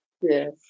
Yes